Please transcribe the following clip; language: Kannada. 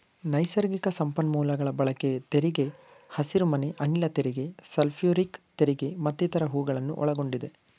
ನೈಸರ್ಗಿಕ ಸಂಪನ್ಮೂಲಗಳ ಬಳಕೆಯ ತೆರಿಗೆ, ಹಸಿರುಮನೆ ಅನಿಲ ತೆರಿಗೆ, ಸಲ್ಫ್ಯೂರಿಕ್ ತೆರಿಗೆ ಮತ್ತಿತರ ಹೂಗಳನ್ನು ಒಳಗೊಂಡಿದೆ